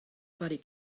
body